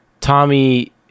Tommy